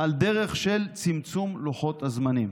על דרך של צמצום לוחות הזמנים,